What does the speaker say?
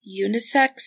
unisex